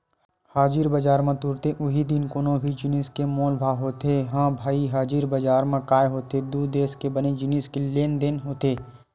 हाजिर बजार म तुरते उहीं दिन कोनो भी जिनिस के मोल भाव होथे ह भई हाजिर बजार म काय होथे दू देस के बने जिनिस के लेन देन होथे